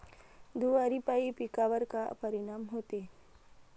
धुवारापाई पिकावर का परीनाम होते?